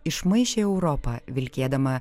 išmaišė europą vilkėdama